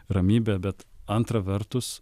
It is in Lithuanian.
ramybę bet antra vertus